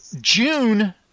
june